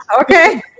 okay